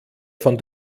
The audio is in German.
von